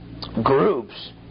groups